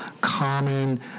common